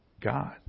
God